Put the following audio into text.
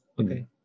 Okay